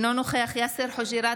אינו נוכח יאסר חוג'יראת,